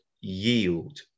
yield